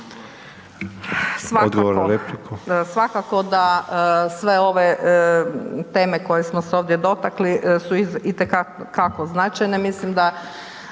svakako da sve ove teme koje smo se ovdje dotakli su itekako značajne,